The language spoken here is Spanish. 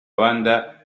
banda